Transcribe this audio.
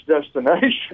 destination